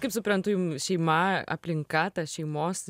kaip suprantu jum šeima aplinka šeimos